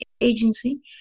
agency